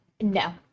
No